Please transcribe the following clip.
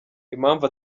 impamvu